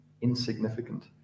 insignificant